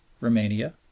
Romania